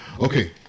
Okay